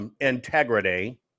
integrity